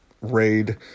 raid